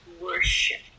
worship